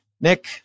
Nick